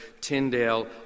Tyndale